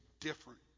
different